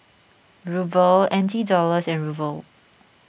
Ruble N T Dollars and Ruble